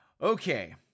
Okay